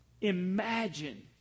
Imagine